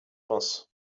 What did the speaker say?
pense